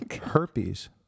Herpes